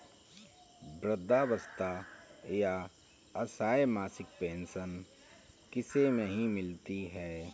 वृद्धावस्था या असहाय मासिक पेंशन किसे नहीं मिलती है?